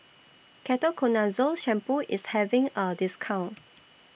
Ketoconazole Shampoo IS having A discount